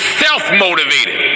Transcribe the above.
self-motivated